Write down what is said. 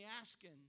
asking